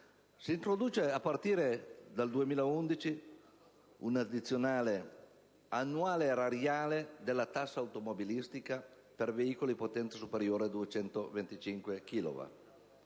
Si introduce, a partire dal 2011, una addizionale annuale erariale della tassa automobilistica per i veicoli di potenza superiore a 225 kilowatt.